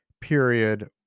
Period